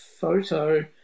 photo